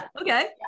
okay